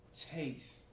taste